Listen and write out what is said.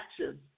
actions